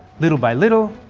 little by little,